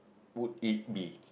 would it be